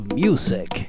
music